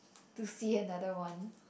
to see another one